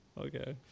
okay